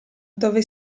dove